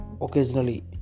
occasionally